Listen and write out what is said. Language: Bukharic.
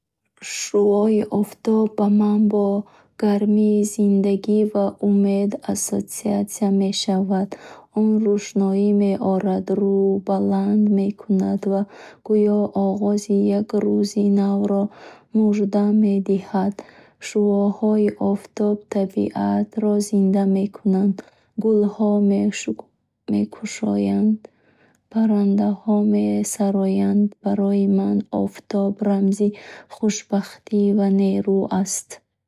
Шуои офтоб ба ман бо гармӣ, зиндагӣ ва умед ассоатсия мешавад. Он рӯшноӣ меорад, рӯҳбаланд мекунад ва гӯё оғози як рӯзи навро мужда медиҳад. Шуоҳои офтоб табиатро зинда мекунанд: гулҳо мекушоянд, парандаҳо месароянд. Барои ман офтоб рамзи хушбахтӣ ва нерӯ аст.